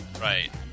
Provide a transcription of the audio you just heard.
Right